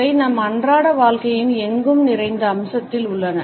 அவை நம் அன்றாட வாழ்க்கையின் எங்கும் நிறைந்த அம்சத்தில் உள்ளன